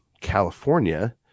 California